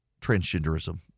transgenderism